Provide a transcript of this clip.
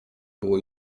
było